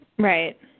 Right